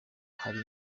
hari